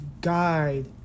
guide